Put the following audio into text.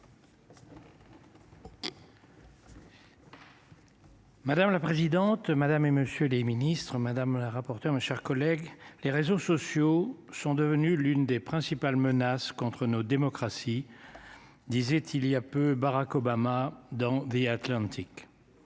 Madame la présidente madame et monsieur les ministres, madame la rapporteure, mes chers collègues. Les réseaux sociaux sont devenus l'une des principales menaces contre nos démocraties. Disait il y a peu. Barack Obama dans des Atlantique.